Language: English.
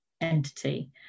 entity